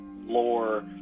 lore